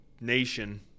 nation